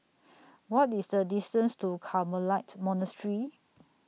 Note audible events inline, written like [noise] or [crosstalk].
[noise] What IS The distance to Carmelite Monastery